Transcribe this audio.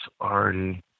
already